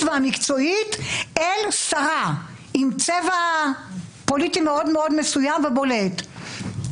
והמקצועית לשרה עם צבע פוליטי מאוד מאוד מסוים ובולט.